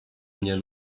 mnie